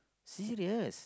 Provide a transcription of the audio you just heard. serious